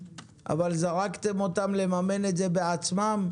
אבל זרקתם אותם לממן אותם בעצמם,